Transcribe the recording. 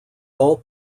all